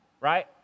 right